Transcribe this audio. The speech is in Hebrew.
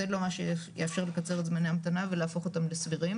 זה לא מה שיאפשר לקצר את זמני ההמתנה ולהפוך אותם לסבירים.